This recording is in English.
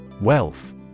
Wealth